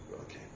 okay